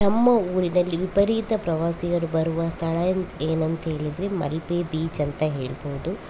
ನಮ್ಮ ಊರಿನಲ್ಲಿ ವಿಪರೀತ ಪ್ರವಾಸಿಗರು ಬರುವ ಸ್ಥಳ ಏನಂತ ಹೇಳಿದ್ರೆ ಮಲ್ಪೆ ಬೀಚ್ ಅಂತ ಹೇಳ್ಬೋದು